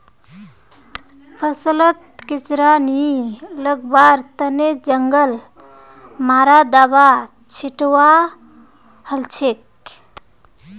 फसलत कीड़ा नी लगवार तने जंगल मारा दाबा छिटवा हछेक